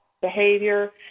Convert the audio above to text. behavior